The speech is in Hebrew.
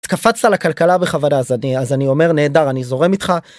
קפצת לכלכלה בכוונה, אז אני, אז אני אומר נהדר. אני זורם איתך.